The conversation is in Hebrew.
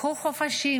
לקחו חופש,